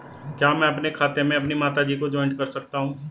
क्या मैं अपने खाते में अपनी माता जी को जॉइंट कर सकता हूँ?